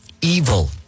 evil